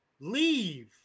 leave